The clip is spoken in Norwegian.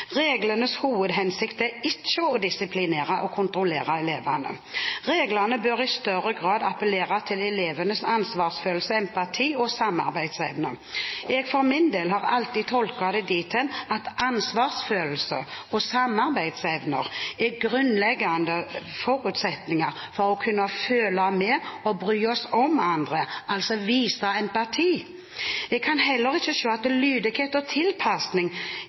Reglenes hovedhensikt er ikke å disiplinere og kontrollere elevene. Reglene bør i større grad appellere til elevenes ansvarsfølelse, empati og samarbeidsevne.» Jeg for min del har alltid tolket det dit hen at ansvarsfølelse og samarbeidsevner er grunnleggende forutsetninger for å kunne føle med og bry seg om andre, vise empati. Jeg kan heller ikke se at lydighet og tilpasning